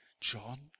John